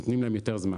נותנים להן יותר זמן.